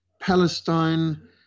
Palestine